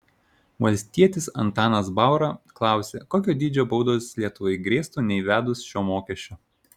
valstietis antanas baura klausė kokio dydžio baudos lietuvai grėstų neįvedus šio mokesčio